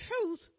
truth